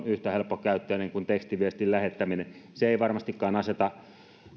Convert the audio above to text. yhtä helppokäyttöinen kuin tekstiviestin lähettämisen se ei varmastikaan aseta